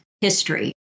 history